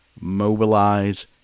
mobilize